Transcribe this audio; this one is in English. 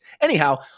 Anyhow